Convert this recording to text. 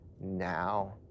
now